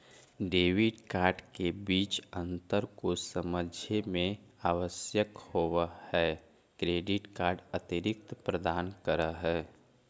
Debit card के बीच अंतर को समझे मे आवश्यक होव है क्रेडिट कार्ड अतिरिक्त प्रदान कर है?